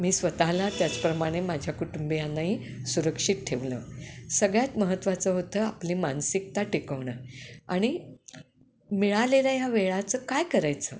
मी स्वतःला त्याचप्रमाणे माझ्या कुटुंबियांनाही सुरक्षित ठेवलं सगळ्यात महत्त्वाचं होतं आपली मानसिकता टेिकवणं आणि मिळालेल्या ह्या वेळाचं काय करायचं